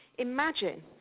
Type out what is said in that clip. Imagine